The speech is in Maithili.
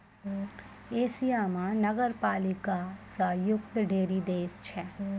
एशिया म नगरपालिका स युक्त ढ़ेरी देश छै